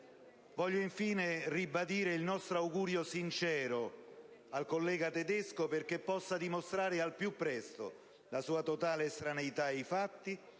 Voglio infine ribadire il nostro augurio sincero al collega Tedesco perché possa dimostrare al più presto la sua totale estraneità ai fatti,